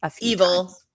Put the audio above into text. Evil